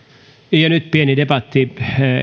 ja nyt pieni debatti